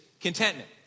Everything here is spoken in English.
contentment